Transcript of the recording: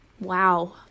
Wow